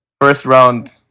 first-round